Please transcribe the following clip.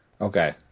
Okay